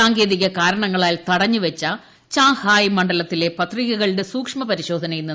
സാങ്കേതിക കാരണങ്ങളാൽ തടഞ്ഞുവച്ച ചാംഹായ് മണ്ഡലത്തിലെ പത്രികകളുടെ സൂക്ഷ്മ പരിശോധന ഇന്ന് നടക്കും